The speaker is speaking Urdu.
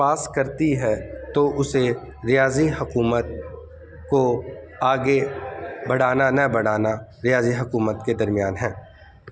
پاس کرتی ہے تو اسے ریاضی حکومت کو آگے بڑھانا نہ بڑھانا ریاضی حکومت کے درمیان ہیں